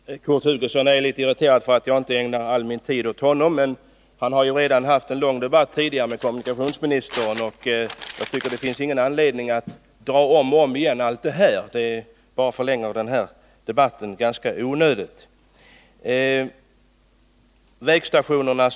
Herr talman! Kurt Hugosson är irriterad över att jag inte ägnar all min tid åt honom. Men han har ju tidigare haft en lång diskussion med kommunikationsministern, och jag tycker inte det finns någon anledning att ta om den igen — det förlänger bara debatten i onödan.